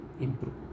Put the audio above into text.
improve